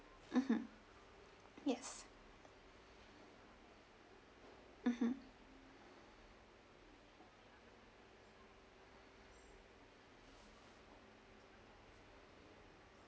mmhmm yes mmhmm